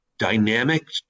Dynamic